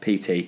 PT